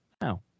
now